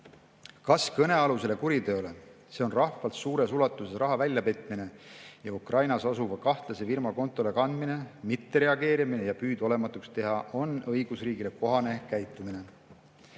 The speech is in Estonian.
"Kas kõnealusele kuriteole, s.o rahvalt suures ulatuses raha väljapetmine ja Ukrainas asuva kahtlase firma kontole kandmine, mittereageerimine ja püüd seda olematuks teha on õigusriigile kohane käitumine?"